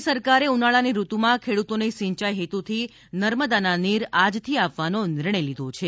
રાજ્ય સરકારે ઉનાળાની ઋતુમાં ખેડૂતોને સિંચાઇ હેતુથી નર્મદાના નીર આજથી આપવાનો નિર્ણય લીધો છે